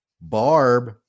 Barb